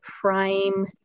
prime